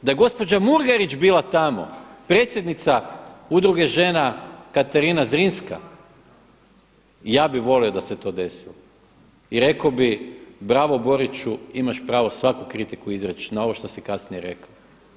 Da je gospođa Murganić bila tamo, predsjednica Udruge žena „Katarina Zrinska“ ja bih volio da se to desilo i rekao bih bravo Boriću imaš pravo svaku kritiku izreći na ovo što si kasnije rekao.